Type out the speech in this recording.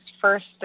first